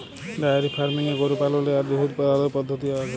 diary ফার্মিংয়ে গরু পাললের আর দুহুদ দহালর পদ্ধতি পাউয়া যায়